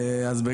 לא